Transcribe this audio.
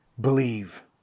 believe